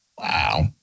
Wow